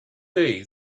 day